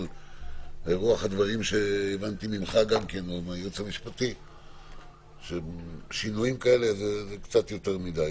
אבל רוח הדברים שהבנתי מהייעוץ המשפטי ששינויים כאלה הם קצת יותר מדי.